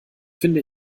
finde